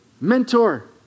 mentor